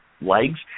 legs